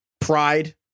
pride